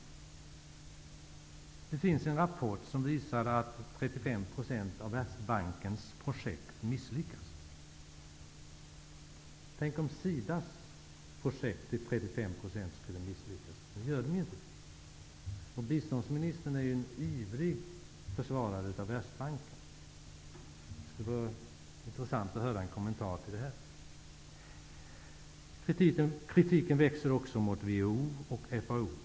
Det finns en rapport som visar att 35 % av Världsbankens projekt misslyckas. Tänk om SIDA:s projekt till 35 % skulle misslyckas. Nu gör de inte det. Biståndsministern är ju en ivrig försvarare av Världsbanken. Det skulle vara intressant att höra en kommentar. Kritiken mot WHO och FAO växer. Här behövs ökad insyn för riksdagen.